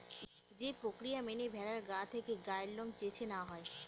যে প্রক্রিয়া মেনে ভেড়ার গা থেকে গায়ের লোম চেঁছে নেওয়া হয়